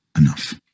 enough